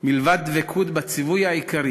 מלבד דבקות בציווי העיקרי